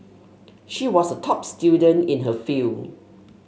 she was a top student in her field